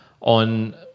on